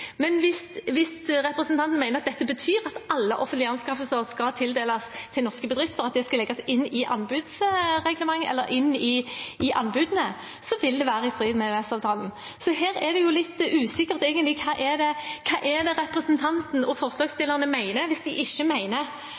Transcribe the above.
Men hvis representanten mener at dette betyr at alle offentlige anskaffelser skal tildeles norske bedrifter, at det skal legges inn i anbudene, så vil det være i strid med EØS-avtalen. Så her er det egentlig litt usikkert hva representanten og forslagsstillerne mener, hvis de ikke mener at dette er i grenseland i forhold til EØS-avtalen. Mener de